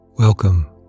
Welcome